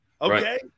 Okay